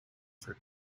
for